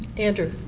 andrew?